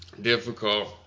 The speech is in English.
difficult